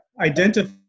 identify